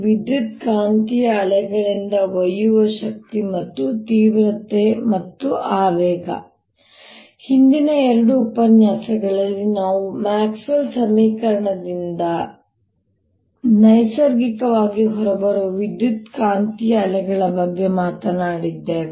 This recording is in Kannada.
ವಿದ್ಯುತ್ಕಾಂತೀಯ ಅಲೆಗಳಿಂದ ಒಯ್ಯುವ ಶಕ್ತಿ ಮತ್ತು ತೀವ್ರತೆ ಮತ್ತು ಆವೇಗ ಹಿಂದಿನ ಎರಡು ಉಪನ್ಯಾಸಗಳಲ್ಲಿ ನಾವು ಮ್ಯಾಕ್ಸ್ವೆಲ್ ಸಮೀಕರಣಗಳಿಂದ ನೈಸರ್ಗಿಕವಾಗಿ ಹೊರಬರುವ ವಿದ್ಯುತ್ಕಾಂತೀಯ ಅಲೆಗಳ ಬಗ್ಗೆ ಮಾತನಾಡಿದ್ದೇವೆ